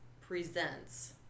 presents